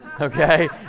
okay